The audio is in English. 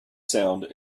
sound